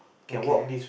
okay